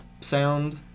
sound